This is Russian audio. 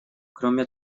кроме